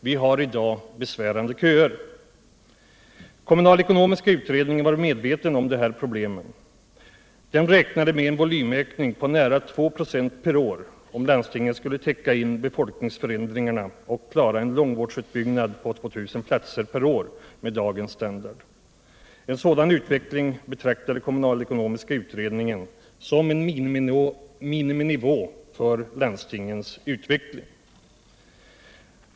Vi har i dag besvärande köer. Kommunalekonomiska utredningen var medveten om dessa problem. Den räknade med en volymökning på nära 2 "a per år, om landstingen skall täcka in befolkningsförändringarna och klara en långvårdsutbyggnad på 2 000 platser per år med dagens standard. En sådan utveckling betraktade kommunalekonomiska utredningen som en miniminivå för landstingens utveckling.